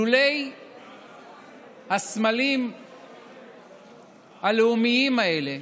לולא הסמלים הלאומיים האלה